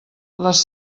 les